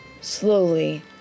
slowly